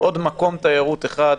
עוד מקום תיירות אחד,